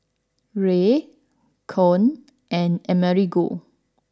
Rae Koen and Amerigo